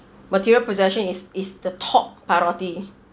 material possession is is the top priority